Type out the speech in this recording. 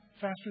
faster